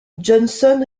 johnson